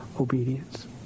obedience